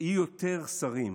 יהיו יותר שרים